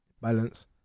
Balance